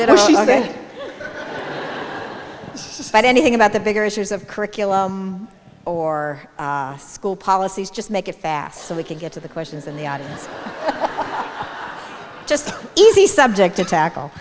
that anything about the bigger issues of curriculum or school policies just make it fast so we can get to the questions and they are just easy subject to tackle